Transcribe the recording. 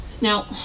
Now